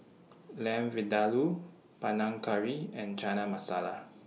Lamb Vindaloo Panang Curry and Chana Masala